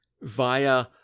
via